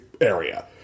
area